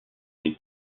les